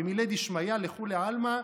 במילי דשמיא, לכולי עלמא,